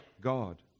God